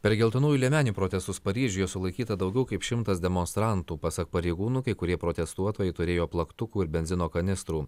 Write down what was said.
per geltonųjų liemenių protestus paryžiuje sulaikyta daugiau kaip šimtas demonstrantų pasak pareigūnų kai kurie protestuotojai turėjo plaktukų ir benzino kanistrų